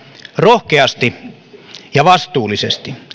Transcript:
rohkeasti ja vastuullisesti